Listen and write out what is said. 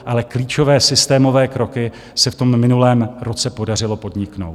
Ale klíčové systémové kroky se v tom minulém roce podařilo podniknout.